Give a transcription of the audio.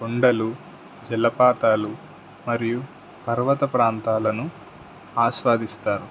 కొండలు జలపాతాలు మరియు పర్వత ప్రాంతాలను ఆస్వాదిస్తారు